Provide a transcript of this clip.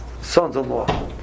sons-in-law